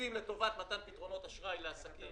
שמוקצים למתן פתרונות אשראי לעסקים